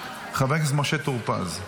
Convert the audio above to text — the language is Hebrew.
הכנסת משה טור פז.